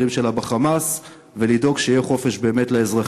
שלה ב"חמאס" ולדאוג שיהיה באמת חופש לאזרחים,